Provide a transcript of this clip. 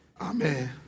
Amen